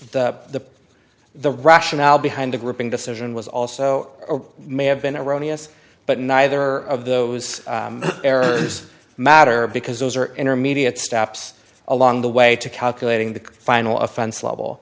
the the rationale behind a grouping decision was also or may have been erroneous but neither of those errors matter because those are intermediate steps along the way to calculating the final offense level